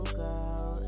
girl